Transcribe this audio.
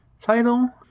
title